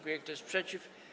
Kto jest przeciw?